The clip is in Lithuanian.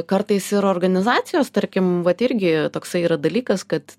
kartais ir organizacijos tarkim vat irgi toksai yra dalykas kad